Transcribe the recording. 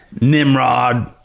Nimrod